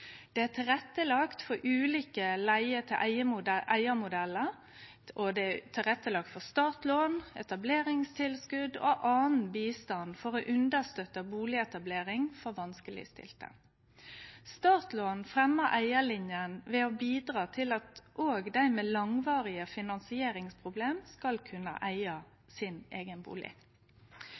Det er lagt til rette for ulike leige-til-eige-modellar, og det er lagt til rette for startlån, etableringstilskot og annan bistand for å understøtte bustadetablering for vanskelegstilte. Startlån fremjar eigarlinja ved å bidra til at òg dei med langvarige finansieringsproblem skal kunne eige sin eigen